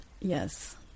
Yes